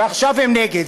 ועכשיו הם נגד.